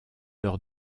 leur